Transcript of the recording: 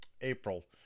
April